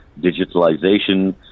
digitalization